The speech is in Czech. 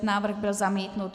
Návrh byl zamítnut.